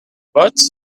but